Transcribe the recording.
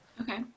Okay